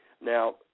now